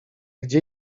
gdzie